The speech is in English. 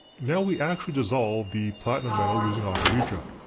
now we actually dissolve the platinum metal using aqua regia.